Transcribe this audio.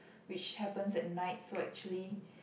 which happens at night so actually